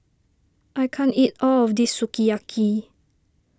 I can't eat all of this Sukiyaki